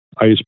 ice